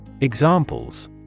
Examples